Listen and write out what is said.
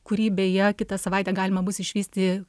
kurį beje kitą savaitę galima bus išvysti